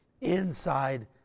inside